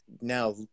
now